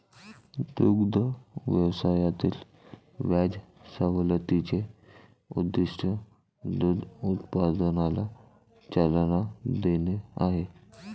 दुग्ध व्यवसायातील व्याज सवलतीचे उद्दीष्ट दूध उत्पादनाला चालना देणे आहे